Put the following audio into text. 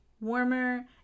warmer